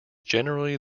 generally